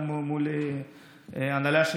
גם מול ההנהלה של